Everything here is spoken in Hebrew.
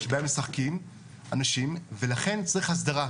שבהם משחקים אנשים ולכן צריך הסדרה,